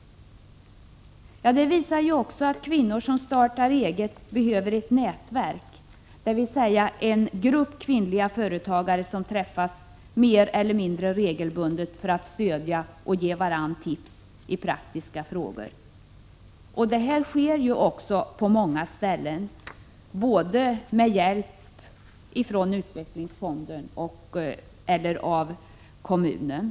Det visar sig också att kvinnor som startar eget behöver ett nätverk, dvs. en grupp kvinnliga företagare som träffas mer eller mindre regelbundet för att stödja varandra och ge varandra tips i praktiska frågor. Så sker också på många ställen, med hjälp från utvecklingsfonderna eller från kommunen.